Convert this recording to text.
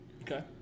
Okay